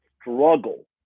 struggle